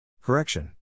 Correction